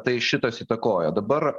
tai šitas įtakojo dabar